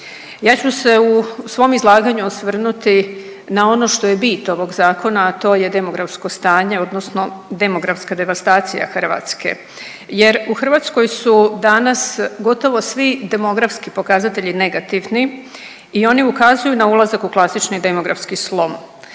Ja ću se u svom izlaganju osvrnuti na ono što je bit ovog Zakona, a to je demografsko stanje odnosno demografska devastacija Hrvatske jer u Hrvatskoj su danas gotovo svi demografski pokazatelji negativni i oni ukazuju na ulazak u klasični demografski slom.